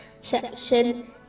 SECTION